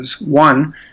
One